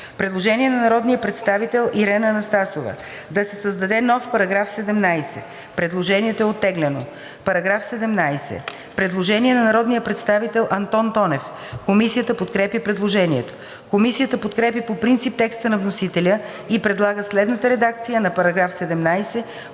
Предложение на народния представител Ирена Анастасова – да се създаде нов § 17. Предложението е оттеглено. По § 17 има предложение на народния представител Антон Тонев. Комисията подкрепя предложението. Комисията подкрепя по принцип текста на вносителя и предлага следната редакция на § 17,